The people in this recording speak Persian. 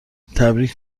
تبریگ